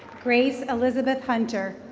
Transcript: grace elizabeth hunter.